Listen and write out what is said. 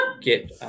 get